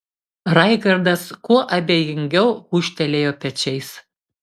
raigardas kuo abejingiau gūžtelėjo pečiais